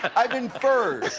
and i've inferred.